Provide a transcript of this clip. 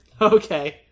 okay